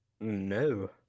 No